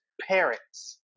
parents